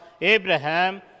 Abraham